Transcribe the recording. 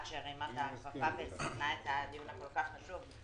שהרימה את הכפפה וזימנה את הדיון החשוב הזה.